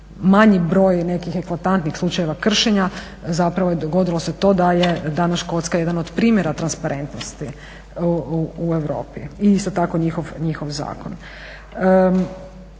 manji broj nekih eklatantnih slučajeva kršenja dogodilo se to da je danas Škotska jedan od primjera transparentnosti u Europi i isto tako njihov zakon.